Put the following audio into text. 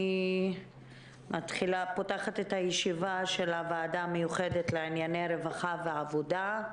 אני פותחת את הישיבה של הוועדה המיוחדת לענייני רווחה ועבודה.